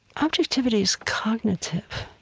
objectivity's cognitive